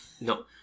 No